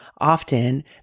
often